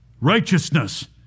Righteousness